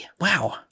Wow